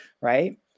right